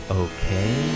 okay